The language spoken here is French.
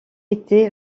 été